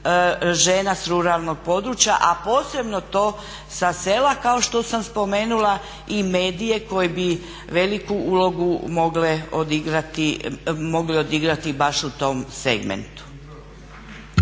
žena s ruralnog područja, a posebno to sa sela kao što sam spomenula i medije koji bi veliku ulogu mogli odigrati baš u tom segmentu.